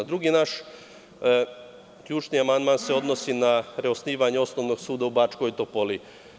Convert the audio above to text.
Drugi naš ključni amandman se odnosi na reosnivanje osnovnog suda u Bačkoj Topoli.